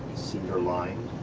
cedar lined.